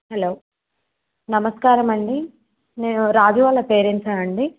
hello నమస్కారం అండి మీరు రాజు వాళ్ళ పేరెంట్సా అండి